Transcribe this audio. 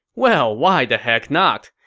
well, why the heck not!